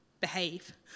behave